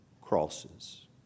crosses